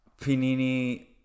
pinini